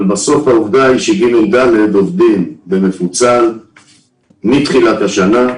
אבל בסוף העבודה היא שג'-ד' עובדים במפוצל מתחילת השנה.